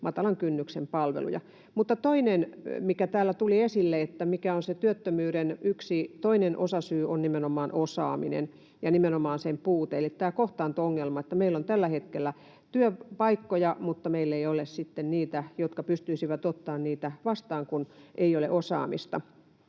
matalan kynnyksen palveluja. Toinen, mikä täällä tuli esille, mikä on työttömyyden yksi toinen osasyy, on nimenomaan osaaminen ja nimenomaan sen puute, eli tämä kohtaanto-ongelma. Meillä on tällä hetkellä työpaikkoja, mutta meillä ei ole sitten niitä, jotka pystyisivät ottamaan niitä vastaan, kun ei ole osaamista.